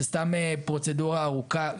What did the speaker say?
זו סתם פרוצדורה ארוכה.